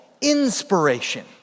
inspiration